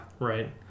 Right